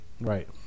Right